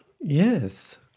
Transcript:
Yes